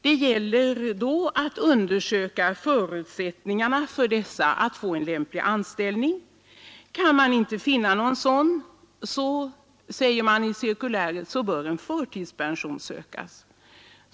Det gäller då att undersöka förutsättningarna för dem att få lämplig anställning. Kan man inte finna någon sådan, säger cirkuläret, bör förtidspension sökas.